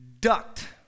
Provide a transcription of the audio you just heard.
Duct